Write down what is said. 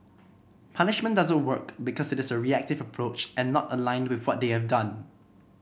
punishment doesn't work because it is a reactive approach and not aligned with what they have done